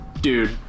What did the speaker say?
dude